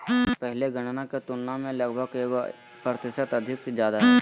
पहले गणना के तुलना में लगभग एगो प्रतिशत अधिक ज्यादा हइ